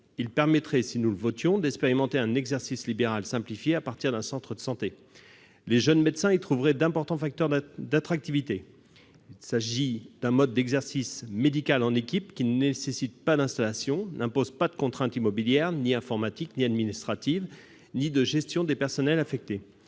permettrait d'expérimenter un exercice libéral simplifié à partir d'un centre de santé. Les jeunes médecins y trouveraient d'importants facteurs d'attractivité : il s'agit d'un mode d'exercice médical en équipe, qui ne nécessite pas d'installation ni n'impose de contraintes immobilières, informatiques, administratives ou de gestion des personnels affectés.